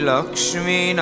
Lakshmi